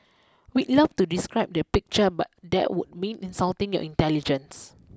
we'd love to describe the picture but that would mean insulting your intelligence